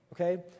okay